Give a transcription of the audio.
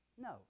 No